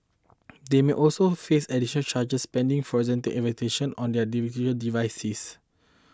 they may also face additional charges pending forensic investigation on their digital devices